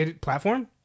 Platform